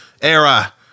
era